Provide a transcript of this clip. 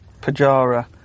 Pajara